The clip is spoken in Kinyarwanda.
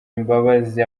imbabazi